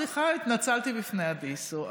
סליחה, התנצלתי בפני אדיסו.